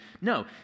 No